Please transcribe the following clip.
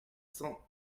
cents